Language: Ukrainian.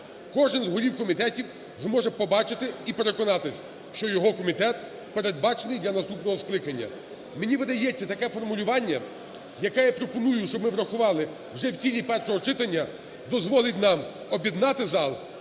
кожен з голів комітетів зможе побачити і переконатись, що його комітет передбачений для наступного скликання. Мені видається таке формулювання, яке я є пропоную, щоб ми врахували вже в тілі першого читання, дозволить нам об'єднати зал